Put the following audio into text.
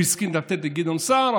הוא הסכים לתת לגדעון סער,